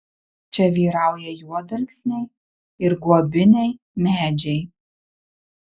čia vyrauja juodalksniai ir guobiniai medžiai